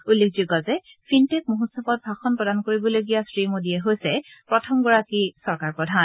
উল্লেখযোগ্য যে ফিনটেক মহোৎসৱত ভাষণ প্ৰদান কৰিবলগীয়া শ্ৰীমোডী হৈছে প্ৰথমগৰাকী চৰকাৰপ্ৰধান